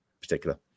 particular